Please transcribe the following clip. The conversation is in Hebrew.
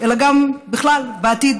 אלא בכלל בעתיד.